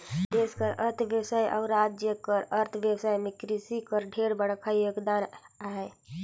देस कर अर्थबेवस्था अउ राएज कर अर्थबेवस्था में किरसी कर ढेरे बड़खा योगदान अहे